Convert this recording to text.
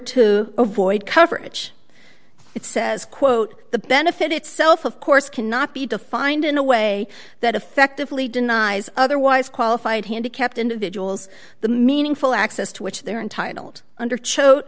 to avoid coverage it says quote the benefit itself of course cannot be defined in a way that effectively denies otherwise qualified handicapped individuals the meaningful access to which they're entitled under cho